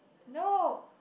no